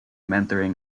mentoring